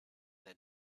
that